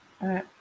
right